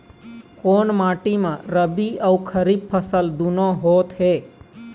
कोन माटी म रबी अऊ खरीफ फसल दूनों होत हे?